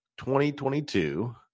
2022